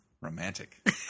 Romantic